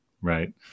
right